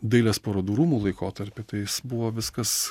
dailės parodų rūmų laikotarpį tai jis buvo viskas